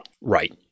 Right